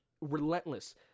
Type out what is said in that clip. relentless